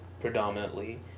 predominantly